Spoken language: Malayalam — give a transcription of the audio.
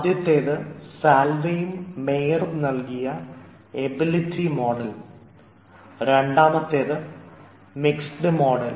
ആദ്യത്തേത് സാലവേയും മേയറും നൽകിയ എബിലിറ്റി മോഡൽ രണ്ടാമത് മിക്സഡ് മോഡൽ